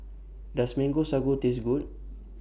Does Mango Sago Taste Good